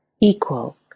equal